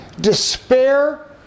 despair